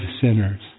sinners